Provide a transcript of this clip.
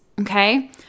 okay